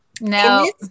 no